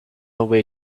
away